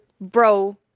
bro